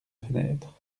fenêtre